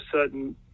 sudden